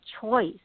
choice